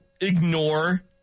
ignore